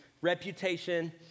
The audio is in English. reputation